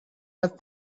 had